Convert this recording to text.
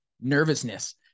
nervousness